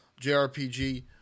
JRPG